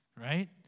right